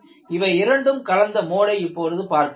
இவை இரண்டும் கலந்த மோடை இப்பொழுது பார்க்கலாம்